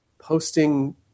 posting